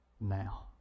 now